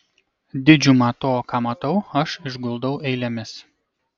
didžiumą to ką matau aš išguldau eilėmis